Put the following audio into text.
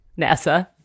NASA